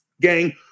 Gang